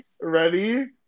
ready